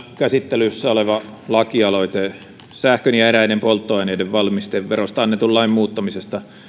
käsittelyssä olevassa lakialoitteessa sähkön ja eräiden polttoaineiden valmisteverosta annetun lain muuttamisesta